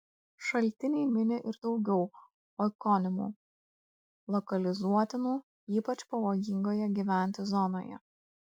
šaltiniai mini ir daugiau oikonimų lokalizuotinų ypač pavojingoje gyventi zonoje